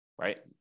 right